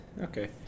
Okay